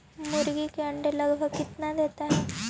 मुर्गी के अंडे लगभग कितना देता है?